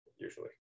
usually